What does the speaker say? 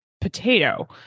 potato